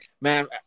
man